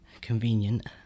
Convenient